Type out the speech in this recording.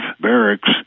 barracks